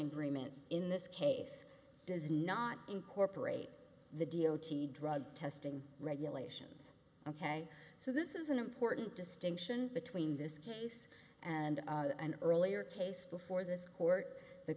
agreement in this case does not incorporate the d o t drug testing regulations ok so this is an important distinction between this case and an earlier case before this court the